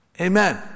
Amen